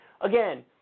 Again